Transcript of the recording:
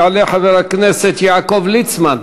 יעלה חבר הכנסת יעקב ליצמן,